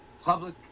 public